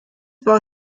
war